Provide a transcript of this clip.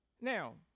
Now